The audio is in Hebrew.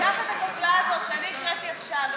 קח את הטבלה הזאת שאני הקראתי עכשיו,